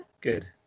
Good